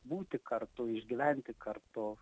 būti kartu išgyventi kartu